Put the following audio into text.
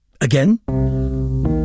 again